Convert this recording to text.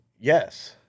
Yes